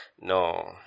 No